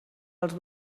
els